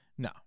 No